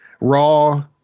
Raw